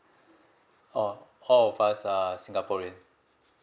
oh all of us are singaporean